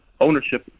ownership